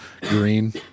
green